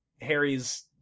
Harry's